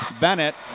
Bennett